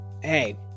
hey